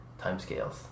timescales